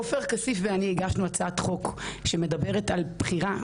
עופר כסיף ואני הגשנו הצעת חוק, שמדברת על בחירה.